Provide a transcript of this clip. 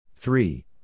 Three